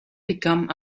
become